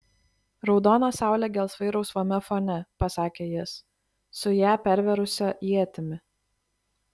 raudona saulė gelsvai rausvame fone pasakė jis su ją pervėrusia ietimi